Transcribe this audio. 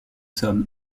sommes